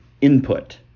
input